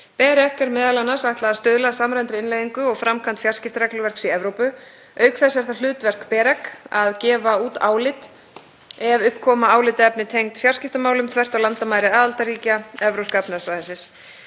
BEREC er m.a. ætlað að stuðla að samræmdri innleiðingu og framkvæmd fjarskiptaregluverks í Evrópu. Auk þess er það hlutverk BEREC að gefa út álit ef upp koma álitaefni tengd fjarskiptamálum þvert á landamæri aðildarríkja Evrópska efnahagssvæðisins.